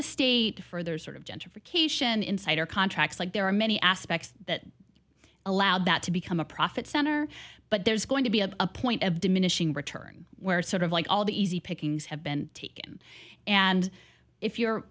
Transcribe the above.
estate to further sort of gentrification insider contracts like there are many aspects that allowed that to become a profit center but there's going to be a point of diminishing return where it's sort of like all the easy pickings have been taken and if you're